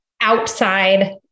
outside